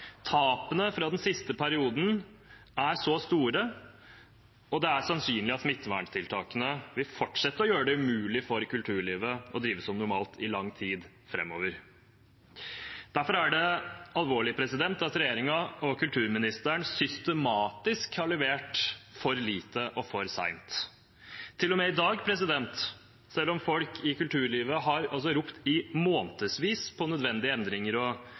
Tapene fra den siste perioden er så store, og det er sannsynlig at smitteverntiltakene vil fortsette å gjøre det umulig for kulturlivet å drive som normalt i lang tid framover. Derfor er det alvorlig at regjeringen og kulturministeren systematisk har levert for lite og for seint, til og med i dag. Selv om folk i kulturlivet har ropt i månedsvis på nødvendige endringer, justeringer og